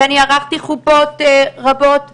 ואני ערכתי חופות רבות באמת,